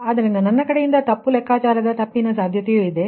ಆದ್ದರಿಂದ ನನ್ನ ಕಡೆಯಿಂದ ತಪ್ಪು ಲೆಕ್ಕಾಚಾರದ ತಪ್ಪಿನ ಸಾಧ್ಯತೆಯೂ ಇದೆ